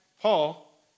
Paul